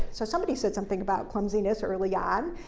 so somebody said something about clumsiness early on,